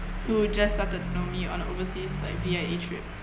who just started to know me on overseas like via a trip